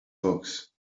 books